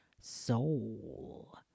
Soul